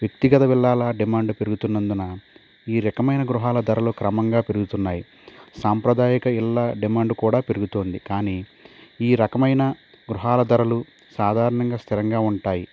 వ్యక్తిగత విల్లాల డిమాండ్ పెరుగుతున్నందున ఈ రకమైన గృహాల ధరలు క్రమంగా పెరుగుతున్నాయి సాంప్రదాయక విల్లా డిమాండ్ కూడా పెరుగుతుంది కానీ ఈ రకమైన గృహాల ధరలు సాధారణంగా స్థిరంగా ఉంటాయి